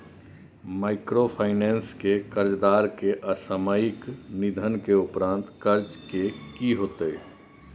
Microfinance के कर्जदार के असामयिक निधन के उपरांत कर्ज के की होतै?